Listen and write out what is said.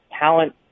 talent